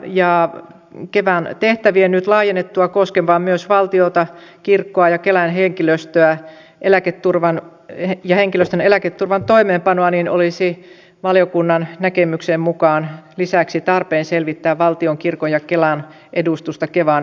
ja kevan tehtävien nyt laajennuttua koskemaan myös valtiota kirkkoa ja kelan henkilöstön eläketurvan toimeenpanoa olisi valiokunnan näkemyksen mukaan lisäksi tarpeen selvittää valtion kirkon ja kelan edustusta kevan hallinnossa